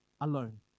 alone